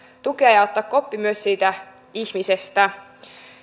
tukea ja ja ottaa koppi myös siitä ihmisestä